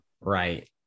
Right